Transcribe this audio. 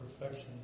Perfection